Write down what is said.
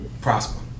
Prosper